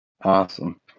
Awesome